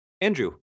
Andrew